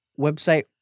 website